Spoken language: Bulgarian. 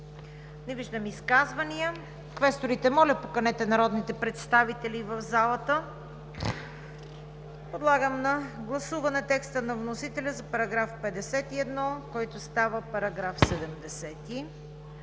Не виждам. Квесторите, моля, поканете народните представители в залата. Подлагам на гласуване текста на вносителя за § 51, който става § 70;